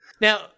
Now